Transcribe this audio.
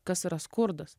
kas yra skurdas